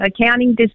accounting